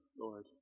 Lord